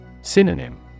Synonym